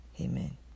Amen